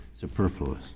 superfluous